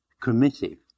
committee